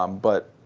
um but